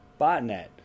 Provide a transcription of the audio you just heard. botnet